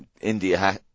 India